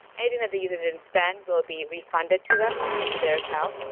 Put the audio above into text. anything that the user didn't spend will be refunded to them into their account,